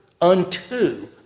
unto